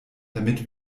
damit